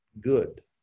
good